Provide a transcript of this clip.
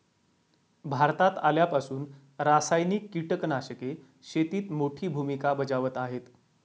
भारतात आल्यापासून रासायनिक कीटकनाशके शेतीत मोठी भूमिका बजावत आहेत